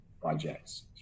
projects